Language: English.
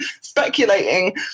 speculating